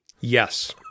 Yes